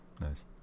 Nice